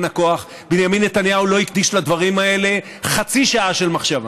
הכוח: בנימין נתניהו לא הקדיש לדברים האלה חצי שעה של מחשבה.